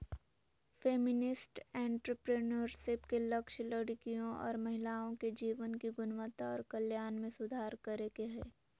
feminist entrepreneurship के लक्ष्य लड़कियों और महिलाओं के जीवन की गुणवत्ता और कल्याण में सुधार करे के हय